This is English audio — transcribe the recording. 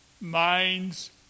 minds